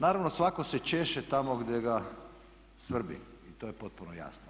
Naravno svatko se češe tamo gdje ga svrbi i to je potpuno jasno.